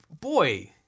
boy